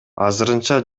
азырынча